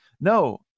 no